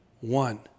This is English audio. One